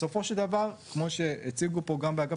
בסופו של דבר כמו שהציגו פה גם באגף